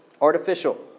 Artificial